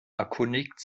erkundigte